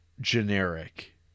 generic